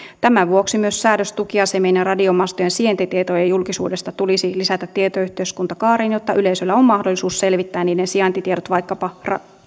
tämän vuoksi myös säädös tukiasemien ja radiomastojen sijaintitietojen julkisuudesta tulisi lisätä tietoyhteiskuntakaareen jotta yleisöllä on mahdollisuus selvittää niiden sijaintitiedot vaikkapa